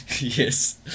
Yes